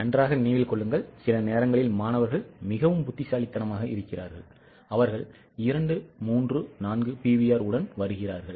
நன்றாக நினைவில் கொள்ளுங்கள் சில நேரங்களில் மாணவர்கள் மிகவும் புத்திசாலித்தனமாக இருக்கிறார்கள் அவர்கள் இரண்டு மூன்று நான்கு PVR உடன் வருகிறார்கள்